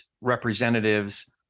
representatives